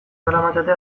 daramatzate